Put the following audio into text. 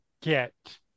get